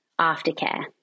aftercare